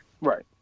Right